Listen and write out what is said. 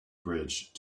bridge